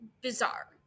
bizarre